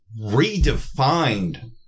redefined